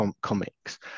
comics